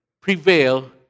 prevail